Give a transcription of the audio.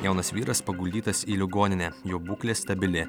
jaunas vyras paguldytas į ligoninę jo būklė stabili